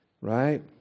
right